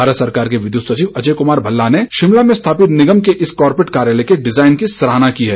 भारत सरकार के विद्युत सचिव अजय कुमार भल्ला ने शिमला में स्थापित निगम के इस कॉरपोरेट कार्यालय के डिज़ाइन की सराहना की है